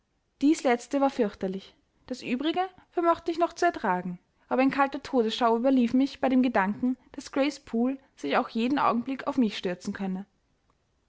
dies letzte war fürchterlich das übrige vermochte ich noch zu ertragen aber ein kalter todesschauer überlief mich bei dem gedanken daß grace poole sich auch jeden augenblick auf mich stürzen könne